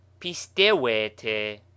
pistewete